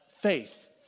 faith